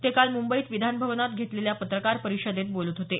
ते काल मुंबईत विधानभवनात घेतलेल्या पत्रकार परिषदेत बोलत होते